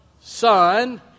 Son